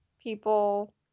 people